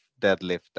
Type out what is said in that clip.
deadlift